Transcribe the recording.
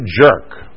jerk